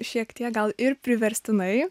šiek tiek gal ir priverstinai